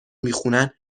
میخونن